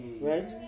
right